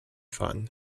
fun